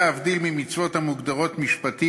להבדיל ממצוות המוגדרות "משפטים",